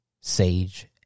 Sage